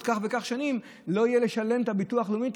כך וכך שנים לא יהיה לשלם את הביטוח הלאומי,